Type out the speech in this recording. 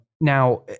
Now